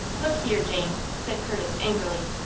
look here, jane, said curtis, angrily,